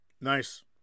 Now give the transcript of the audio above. Nice